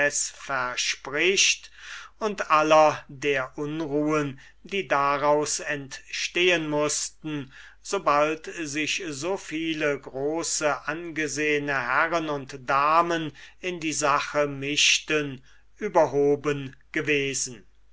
verspricht und aller der unruhen die daraus entstehen mußten sobald sich so viele große und angesehene herren und damen in die sache mischten überhoben gewesen